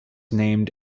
named